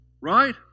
Right